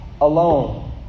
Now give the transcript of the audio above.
alone